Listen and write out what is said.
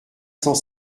cent